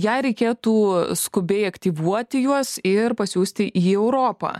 jei reikėtų skubiai aktyvuoti juos ir pasiųsti į europą